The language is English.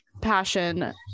passion